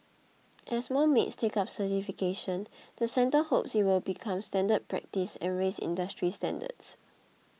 as more maids take up certification the centre hopes it will become standard practice and raise industry standards